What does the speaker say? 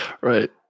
Right